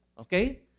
Okay